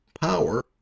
power